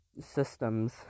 systems